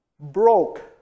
broke